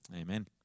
Amen